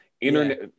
internet